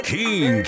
King